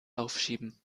aufschieben